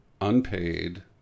unpaid